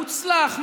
מוצלח,